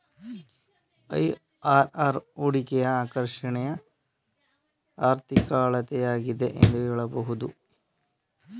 IRR ಹೂಡಿಕೆಯ ಆಕರ್ಷಣೆಯ ಆರ್ಥಿಕ ಅಳತೆಯಾಗಿದೆ ಎಂದು ಹೇಳಬಹುದು